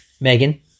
Megan